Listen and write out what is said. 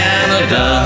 Canada